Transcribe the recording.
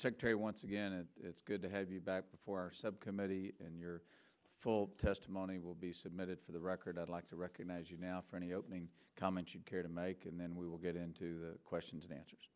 secretary once again and it's good to have you back for our subcommittee and your testimony will be submitted for the record i'd like to recognize you now for any opening comments you care to make and then we will get into questions and answers